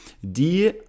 die